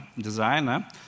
designer